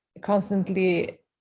constantly